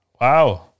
Wow